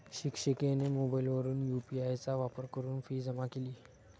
शिक्षिकेने मोबाईलवरून यू.पी.आय चा वापर करून फी जमा केली